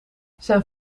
zijn